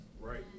Right